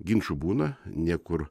ginčų būna niekur